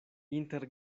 inter